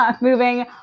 Moving